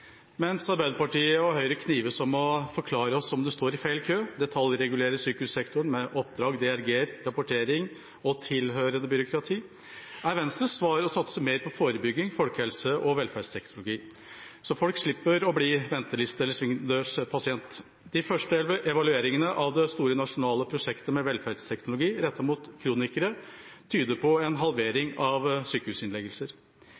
Mens Arbeiderpartiet og Høyre knives om å forklare oss om vi står i feil kø, og detaljregulere sykehussektoren med oppdrag, DRG-er, rapportering og tilhørende byråkrati, er Venstres svar å satse mer på forebygging, folkehelse og velferdsteknologi, så folk slipper å bli venteliste- eller svingdørspasienter. De første evalueringene av det store nasjonale prosjektet med velferdsteknologi rettet mot kronikere tyder på en